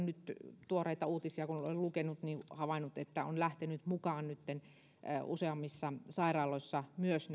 nyt tuoreita uutisia kun olen lukenut niin olen havainnut että suomikin on lähtenyt mukaan nytten useammissa sairaaloissa myös